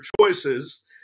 choices